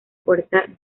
puerta